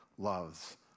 loves